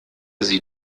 sie